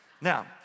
now